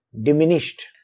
diminished